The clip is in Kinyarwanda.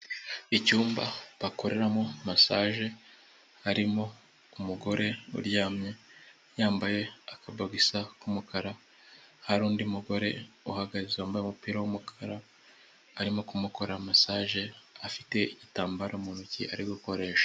Icyumba bakoreramo masaje harimo umugore uryamye, yambaye akabogisa k'umukara, hari undi mugore uhagaze wambaye umupira w'umukara, arimo kumukorera masaje afite igitambaro mu ntoki ari gukoresha.